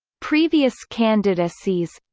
previous candidacies